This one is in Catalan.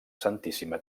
santíssima